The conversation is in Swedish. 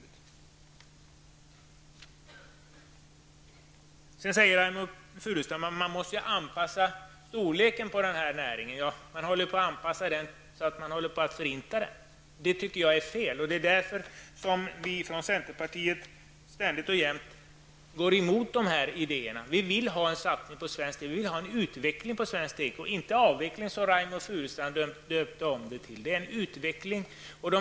Reynoldh Furustrand säger att det måste ske en anpassning vad gäller storleken på den här näringen. Ja, jag menar att man är i färd med att anpassa denna så till den grad att man nästan förintar näringen. Jag tycker att det är fel. Det är därför som vi i centerpartiet ständigt och jämt går emot presenterade idéer i det här avseendet. Vi vill ha en satsning på svensk teko. Vi vill alltså utveckla denna -- inte avveckla, som Reynoldh Furustrand ändrade till. Det handlar alltså om att det behövs en utveckling på detta område.